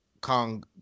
Kong